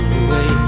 away